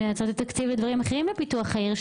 הן מנצלות את הכספים לדברים אחרים בפיתוח של העיר,